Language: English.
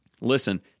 Listen